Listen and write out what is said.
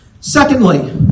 secondly